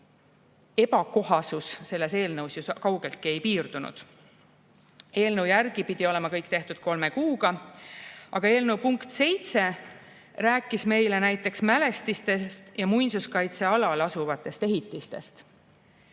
ebakohasus selles eelnõus ju kaugeltki ei piirdunud. Eelnõu järgi pidi olema kõik tehtud kolme kuuga. Aga eelnõu punkt 7 rääkis meile näiteks mälestistest ja muinsuskaitsealal asuvatest ehitistest.